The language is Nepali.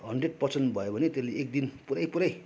हन्ड्रेड पर्सेन्ट भयो भने त्यसले एक दिन पुरै पुरै